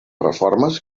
reformes